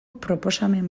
proposamen